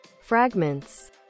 fragments